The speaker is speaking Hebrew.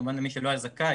כמובן למי שלא היה זכאי,